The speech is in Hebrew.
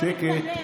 שקט.